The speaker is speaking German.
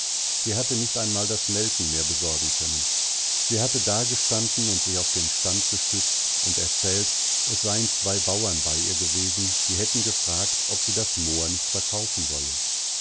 sie hatte nicht einmal das melken mehr besorgen können sie hattedagestanden und sich auf den stand gestützt und erzählt es seien zwei bauern bei ihr gewesen die hätten gefragt ob sie das moor nicht verkaufen wolle